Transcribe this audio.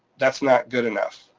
that's not good enough.